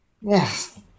Yes